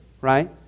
right